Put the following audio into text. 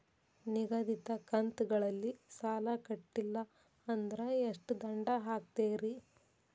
ನಿಗದಿತ ಕಂತ್ ಗಳಲ್ಲಿ ಸಾಲ ಕಟ್ಲಿಲ್ಲ ಅಂದ್ರ ಎಷ್ಟ ದಂಡ ಹಾಕ್ತೇರಿ?